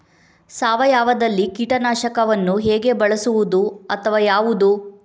ಸಾವಯವದಲ್ಲಿ ಕೀಟನಾಶಕವನ್ನು ಹೇಗೆ ಬಳಸುವುದು ಅಥವಾ ಯಾವುದು?